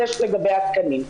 זה לגבי התקנים.